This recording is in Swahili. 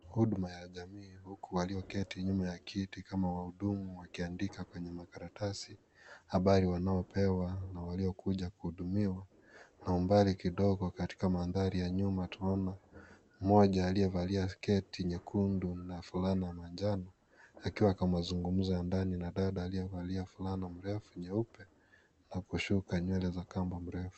Huduma ya jamiii huku walioketi nyuma ya kiti kama wahudumu wakiandika kwenye makaratasi habari wanayopewa na waliokuja kuhudumiwa, na umbali kidogo katika mandhari ya nyuma tunaona mmoja aliyevalia sketi nyekundu na fulana la manjano akiwa kwa mazungumzo ya ndani na dada aliyavalia fulana mrefu nyeupe na kushuka nywele za kamba mrefu.